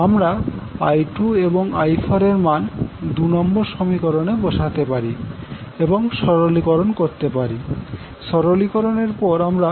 আমরা I2 এবং I4 এর মান 2 নম্বর সমীকরণে বসাতে পারি এবং সরলীকরণ করতে পারি